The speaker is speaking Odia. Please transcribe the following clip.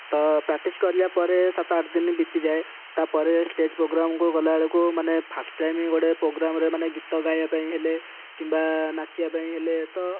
ତ ପ୍ରାକ୍ଟିସ୍ କରିଲା ପରେ ସାତ ଆଠ ଦିନ ବିତି ଯାଏ ତା'ପରେ ଷ୍ଟେଜ୍ ପ୍ରୋଗ୍ରାମ୍କୁ ଗଲାବେଳକୁ ମାନେ ଫାଷ୍ଟ ଟାଇମ୍ ଗୋଟେ ପ୍ରୋଗ୍ରାମ୍ରେ ମାନେ ଗୀତ ଗାଇବାକୁ ହେଲେ କିମ୍ବା ନାଚିବା ପାଇଁ ହେଲେ ତ